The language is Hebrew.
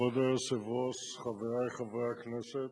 כבוד היושב-ראש, חברי חברי הכנסת,